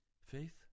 Faith